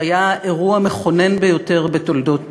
שהיה אירוע מכונן ביותר בתולדות